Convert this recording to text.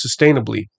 sustainably